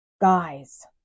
Guys